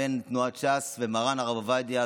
בין תנועת ש"ס ומרן הרב עובדיה,